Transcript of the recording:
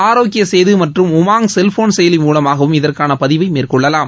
ஆரோக்கிய சேது மற்றும் உமாங் செல்போன் செயலி மூலமாகவும் இதற்கான பதிவை மேற்கொள்ளலாம்